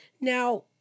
Now